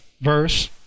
verse